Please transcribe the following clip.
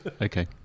okay